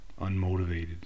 unmotivated